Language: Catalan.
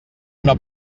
una